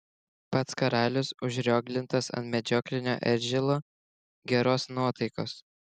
pats karalius užrioglintas ant medžioklinio eržilo geros nuotaikos